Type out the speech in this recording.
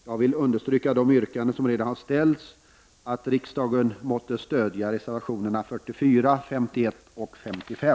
Jag vill understryka de yrkanden som redan har ställts, att riksdagen måtte stödja reservationerna 44, 51 och 55.